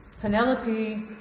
Penelope